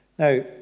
Now